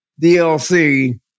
DLC